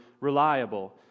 reliable